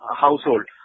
household